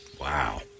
Wow